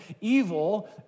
evil